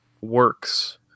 works